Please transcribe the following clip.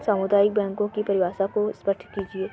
सामुदायिक बैंकों की परिभाषा को स्पष्ट कीजिए?